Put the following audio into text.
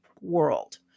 world